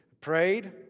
prayed